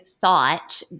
thought